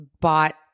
bought